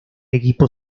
equipo